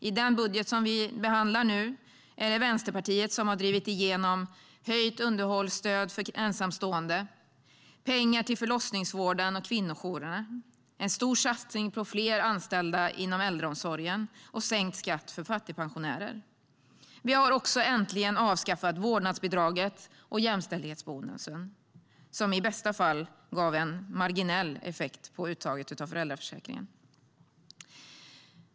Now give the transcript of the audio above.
I den budget vi behandlar är det Vänsterpartiet som drivit igenom höjt underhållsstöd för ensamstående, pengar till förlossningsvården och kvinnojourerna, en stor satsning på fler anställda i äldreomsorgen och sänkt skatt för fattigpensionärer. Vi har äntligen avskaffat vårdnadsbidraget och jämställdhetsbonusen, som i bästa fall gav en marginell effekt på uttaget av föräldraförsäkringen.